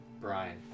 Brian